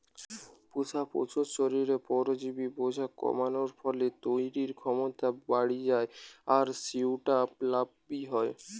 পুশা পশুর শরীরে পরজীবি বোঝা কমানার ফলে তইরির ক্ষমতা বাড়ি যায় আর সউটা লাভ বি হয়